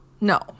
No